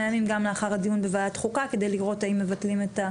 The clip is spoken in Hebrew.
ימים גם לאחר הדיון בוועדת חוקה כדי לראות האם מבטלים את התו.